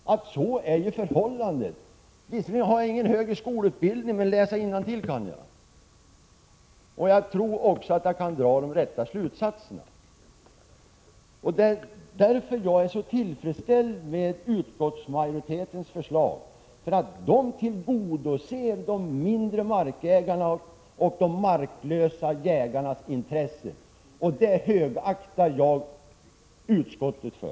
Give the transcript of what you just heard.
Jag har visserligen ingen högre skolutbildning, men läsa innantill kan jag. Och jag tror att jag också kan dra de rätta slutsatserna. Det är därför jag är så tillfredsställd med utskottsmajoritetens förslag. Det tillgodoser de mindre markägarnas och de marklösa jägarnas intressen. Det högaktar jag utskottsmajoriteten för.